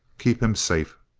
keep him safe.